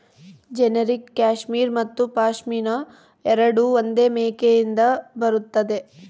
generic cashmere ಮತ್ತು ಪಶ್ಮಿನಾ ಎರಡೂ ಒಂದೇ ಮೇಕೆಯಿಂದ ಬರುತ್ತದೆ